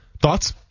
Thoughts